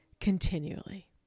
continually